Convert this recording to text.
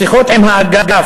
משיחות עם האגף,